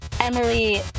emily